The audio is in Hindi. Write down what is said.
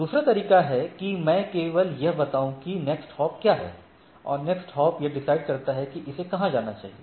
दूसरा तरीका है कि मैं केवल यह बताऊं की नेक्स्ट हॉप क्या है और नेक्स्ट हॉप यह डिसाइड करता है कि इसे कहां जाना चाहिए